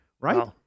Right